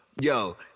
Yo